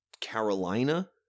Carolina